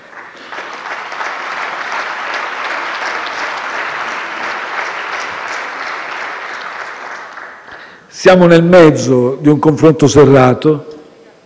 Siamo nel mezzo di un confronto serrato,